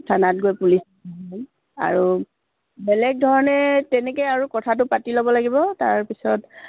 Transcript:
থানাত গৈ পুলিচ আৰু বেলেগ ধৰণে তেনেকৈ আৰু কথাটো পাতি ল'ব লাগিব তাৰপিছত